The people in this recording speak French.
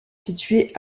située